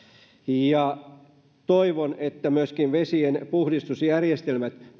ja toivon että myös vesien puhdistusjärjestelmiä